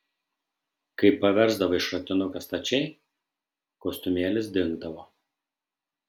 kai paversdavai šratinuką stačiai kostiumėlis dingdavo